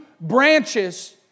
branches